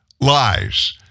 lies